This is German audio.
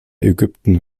ägypten